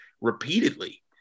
repeatedly